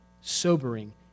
sobering